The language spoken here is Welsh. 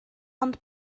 ond